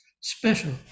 special